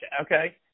okay